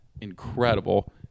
incredible